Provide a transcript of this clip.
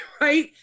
Right